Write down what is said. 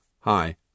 Hi